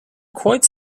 quite